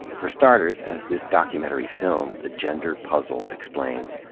for starters, as this documentary film, the gender puzzle, explains,